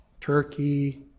Turkey